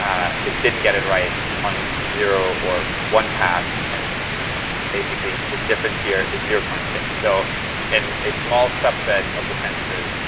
um it didn't get it right on zero or one pass, and you know basically the difference here is zero point six. so in a small subset of the sentences,